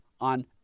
on